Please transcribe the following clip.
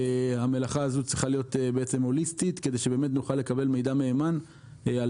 והמלאכה הזו צריכה להיות הוליסטית כדי שנוכל לקבל מידע מהימן על